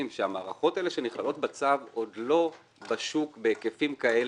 שהמערכות האלה שנכללות בצו עוד לא בשוק בהיקפים כאלה.